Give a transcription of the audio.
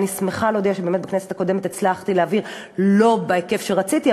אני שמחה להודיע שבכנסת הקודמת הצלחתי להעביר לא בהיקף שרציתי,